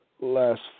Last